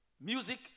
music